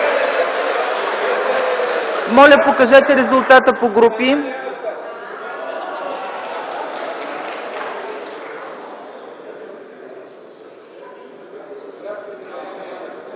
Моля, покажете резултата по групи.